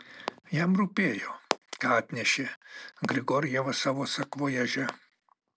jam rūpėjo ką atnešė grigorjevas savo sakvojaže